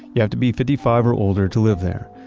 you have to be fifty five or older to live there.